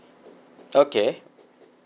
okay